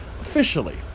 officially